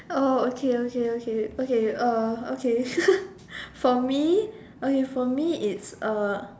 oh okay okay okay okay uh okay for me okay for me it's uh